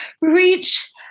reach